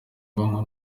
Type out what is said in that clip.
bwonko